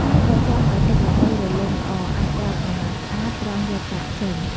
ហើយបើចង់ឲ្យទឹកល្ពៅរលោងល្អ អាចប្រើក្រណាត់ស្អាត ឬសំពាធល្អិតត្រងយកកាកចេញ។